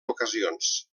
ocasions